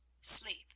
sleep